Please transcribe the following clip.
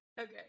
Okay